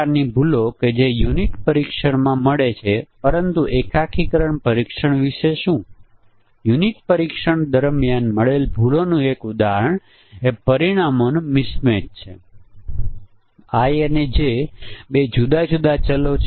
6 million અને જો તે દરેક 3 લે છે તો અહીં જુઓ કે પરીક્ષણના કેસોની સંખ્યા કેટલી છે આ સંયોજનોમાંથી દરેકનું પરીક્ષણ કરવું હોય જીવનકાળમાં કોઈ પણ આવી સિસ્ટમનું પરીક્ષણ કરી શકશે નહીં જ્યારે જોડી મુજબના પરીક્ષણના કેસો 21 છે મેનેજ કરવા યોગ્ય કોઈ 21 પરીક્ષણ કેસ ચલાવી શકે છે